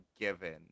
given